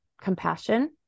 compassion